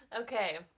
Okay